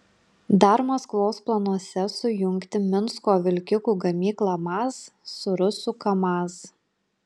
dar maskvos planuose sujungti minsko vilkikų gamyklą maz su rusų kamaz